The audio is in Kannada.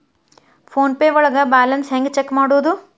ಫೋನ್ ಪೇ ಒಳಗ ಬ್ಯಾಲೆನ್ಸ್ ಹೆಂಗ್ ಚೆಕ್ ಮಾಡುವುದು?